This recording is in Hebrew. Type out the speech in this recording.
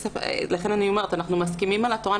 לכן אני אומרת שאנחנו מסכימים על התורה,